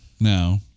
No